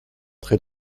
très